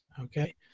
okay